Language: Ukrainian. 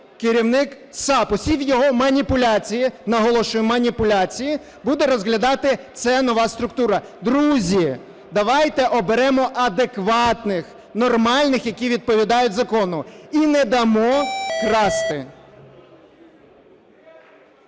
керівник САП. Усі його маніпуляції, наголошую, маніпуляції, буде розглядати ця нова структура. Друзі, давайте оберемо адекватних, нормальних, які відповідають закону. І не дамо красти.